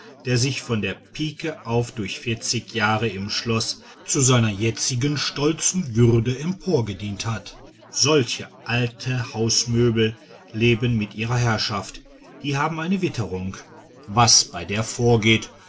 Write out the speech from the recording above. der sich von der pike auf durch vierzig jahre im schloß zu seiner jetzigen stolzen würde emporgedient hat solche alte hausmöbel leben mit ihrer herrschaft die haben eine witterung was bei der vorgeht